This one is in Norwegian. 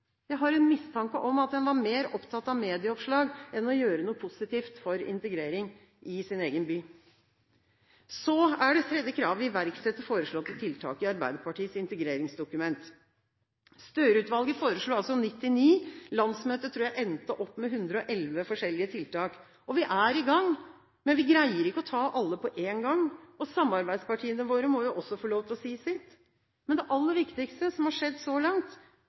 Jeg har en mistanke om at en var mer opptatt av medieoppslag enn av å gjøre noe positivt for integrering i sin egen by. «Iverksett foreslåtte tiltak» i Arbeiderpartiets integreringsdokument. Støre-utvalget foreslo 99, landsmøtet tror jeg endte opp med 111 forskjellige tiltak. Vi er i gang, men vi greier ikke å ta alle på en gang. Og samarbeidspartiene våre må jo også få lov til å si sitt. Men det aller viktigste som har skjedd så langt,